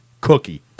cookie